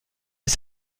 est